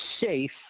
safe